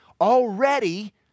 already